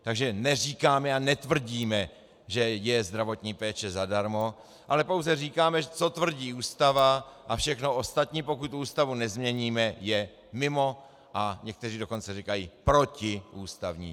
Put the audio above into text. Takže neříkáme a netvrdíme, že je zdravotní péče zadarmo, ale pouze říkáme, co tvrdí Ústava, a všechno ostatní, pokud Ústavu nezměníme, je mimo, a někteří dokonce říkají protiústavní.